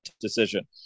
decision